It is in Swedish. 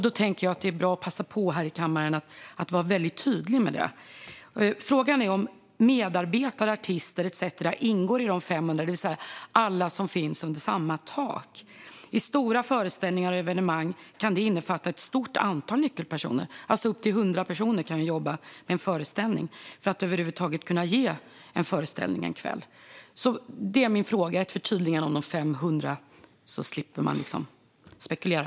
Då tänker jag att det är bra att passa på att här i kammaren vara mycket tydlig med det. Frågan är om medarbetare, artister etcetera ingår i de 500, det vill säga alla som finns under samma tak. Stora föreställningar och evenemang kan innefatta ett stort antal nyckelpersoner. Upp till 100 personer kan jobba med en föreställning för att den över huvud taget ska kunna genomföras. Jag vill alltså ha ett förtydligande om de 500, så att man slipper spekulera.